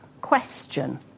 question